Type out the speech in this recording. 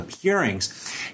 hearings